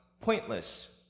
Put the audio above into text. pointless